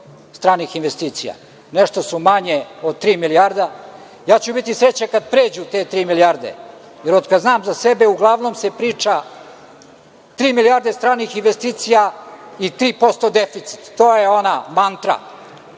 stranih investicija. Nešto su manje od tri milijarde, a ja ću biti srećan kada pređu te tri milijarde, jer od kada znam za sebe uglavnom se priča – tri milijarde stranih investicija i 3% deficit. To je ona mantra.